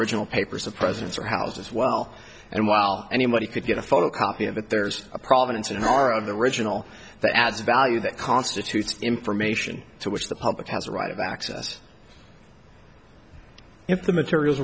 original papers of presidents are housed as well and while anybody could get a photocopy of it there's a provenance in our of the original that adds value that constitutes information to which the public has a right of access if the materials